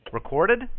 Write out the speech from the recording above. Recorded